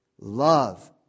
Love